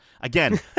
Again